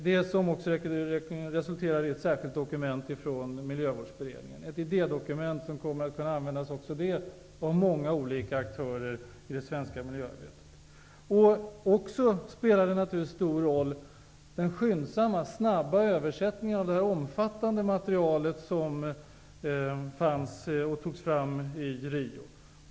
Det resulterade i ett särskilt dokument från Miljövårdsberedningen, ett idédokument som kommer att kunna användas av många olika aktörer i det svenska miljöarbetet. En stor roll spelar naturligtvis den skyndsamma och snabba översättningen av det omfattande material som togs fram i Rio.